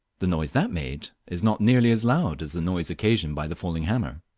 the noise that made is not nearly as loud as the noise occasioned by the falling hammer.